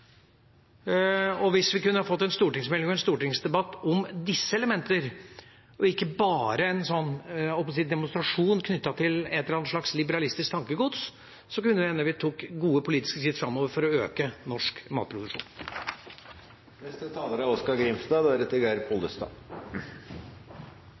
kornøkonomi. Hvis vi kunne fått en stortingsmelding og en stortingsdebatt om disse elementer, og ikke bare en – jeg holdt på å si – demonstrasjon knyttet til et eller annet slags liberalistisk tankegods, så kunne det hende vi tok gode politiske skritt framover for å øke norsk